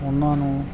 ਉਹਨਾਂ ਨੂੰ